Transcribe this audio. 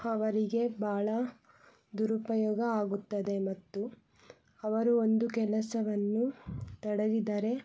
ಅವರಿಗೆ ಭಾಳ ದುರುಪಯೋಗ ಆಗುತ್ತದೆ ಮತ್ತು ಅವರು ಒಂದು ಕೆಲಸವನ್ನು ತೊಡಗಿದರೆ